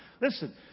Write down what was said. Listen